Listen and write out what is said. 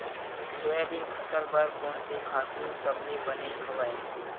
Soybean फसल बर कोन से खातु सबले बने हवय?